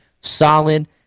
solid